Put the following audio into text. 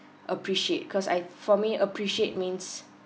appreciate cause I for me appreciate means